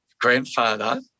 grandfather